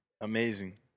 Amazing